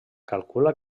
calcula